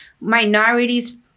minorities